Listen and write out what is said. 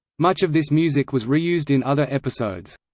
much of this music was reused in other episodes.